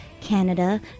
Canada